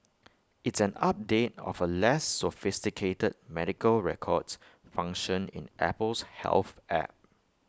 it's an update of A less sophisticated medical records function in Apple's health app